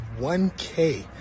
1K